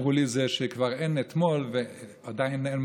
כבר אין אתמול ועדיין אין מחר,